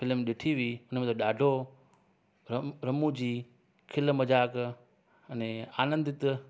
film ॾिठी हुई इनमें त ॾाढो रम रमूं जी खिल मज़ाक अने आनंदित